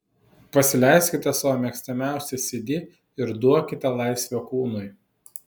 pasileiskite savo mėgstamiausią cd ir duokite laisvę kūnui